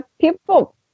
People